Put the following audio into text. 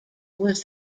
was